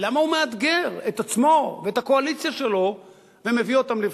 למה הוא מאתגר את עצמו ואת הקואליציה שלו ומביא אותם לבחירות?